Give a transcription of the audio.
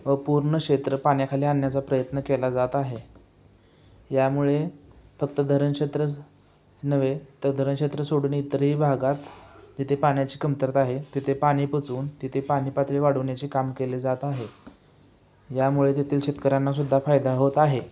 व पूर्ण क्षेत्र पाण्याखाली आणण्याचा प्रयत्न केला जात आहे यामुळे फक्त धरणक्षेत्रच नव्हे तर धरणक्षेत्र सोडून इतरही भागात जिथे पाण्याची कमतरता आहे तिथे पाणी पोहोचवून तिथे पाणीपातळी वाढवण्याची काम केले जात आहे यामुळे तेथील शेतकऱ्यांनासुद्धा फायदा होत आहे